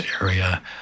area